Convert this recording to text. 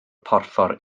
porffor